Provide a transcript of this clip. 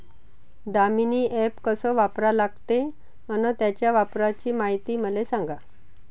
Damini app कस वापरा लागते? अन त्याच्या वापराची मायती मले सांगा